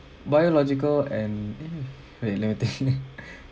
biological and eh wait let me think